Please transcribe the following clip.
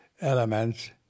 Elements